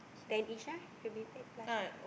ten ish ah should be ten plus right